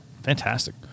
Fantastic